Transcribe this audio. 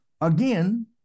again